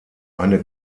eine